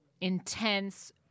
intense